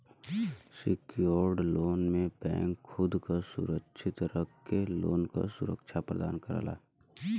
secured loan में bank खुद क सुरक्षित रख के लोन क सुविधा प्रदान करला